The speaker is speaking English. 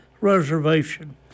Reservation